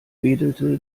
wedelte